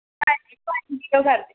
ਹਾਂਜੀ ਪੰਜ ਕਿਲੋ ਕਰ ਦਿਓ